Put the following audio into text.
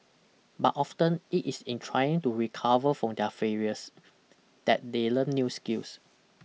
but often it is in trying to recover from their failures that they learn new skills